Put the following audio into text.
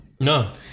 No